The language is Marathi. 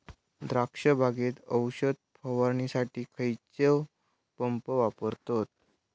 द्राक्ष बागेत औषध फवारणीसाठी खैयचो पंप वापरतत?